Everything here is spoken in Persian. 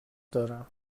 دارم